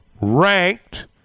ranked